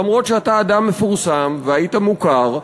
למרות שאתה אדם מפורסם והיית מוכר,